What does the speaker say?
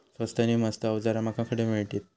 स्वस्त नी मस्त अवजारा माका खडे मिळतीत?